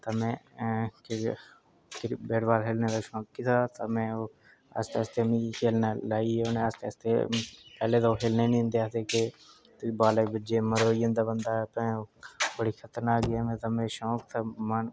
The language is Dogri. तां में इत च बैट बाल खेढने दा शौंक हा तां में आस्तै आस्तै मिगी खेढना लाइयै उ'नें ते पैह्लें ते खेढना गै निं दिंदे हे आखदे कि बालै पिच्छें मरोई जंदा बंदा ते बड़ी खतरनाक गेम ऐ ते मेरा शौक हा मन हा